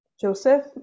Joseph